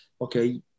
Okay